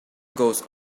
goes